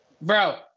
bro